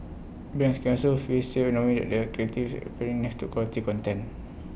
brands can also feel safe knowing that their creatives are appearing next to quality content